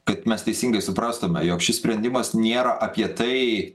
kad mes teisingai suprastume jog šis sprendimas nėra apie tai